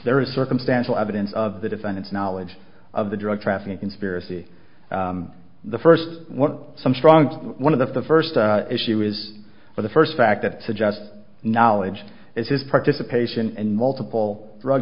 there is circumstantial evidence of the defendant's knowledge of the drug trafficking conspiracy the first what some strong one of the first issue is for the first fact that suggest knowledge is his participation in multiple drug